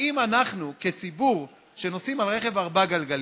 האם אנחנו כציבור שנוסעים על רכב ארבע-גלגלי